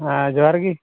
ᱦᱮᱸ ᱡᱚᱦᱟᱨ ᱜᱮ